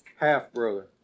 Half-brother